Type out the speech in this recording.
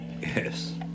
Yes